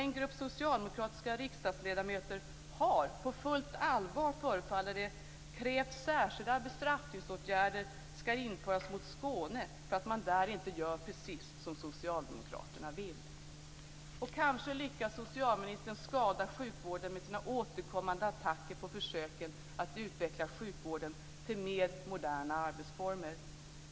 En grupp socialdemokratiska riksdagsledamöter har, på fullt allvar, förefaller det, krävt att särskilda bestraffningsåtgärder ska införas mot Skåne för att man där inte gör precis som socialdemokraterna vill. Kanske lyckas socialministern skada sjukvården med sina återkommande attacker på försöken att utveckla sjukvården till mer moderna arbetsformer.